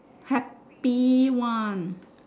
check B one